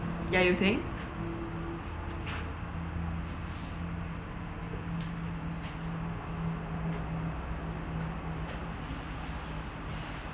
yeah you were say